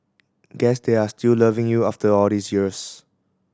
guess they are still loving you after all these years